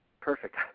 perfect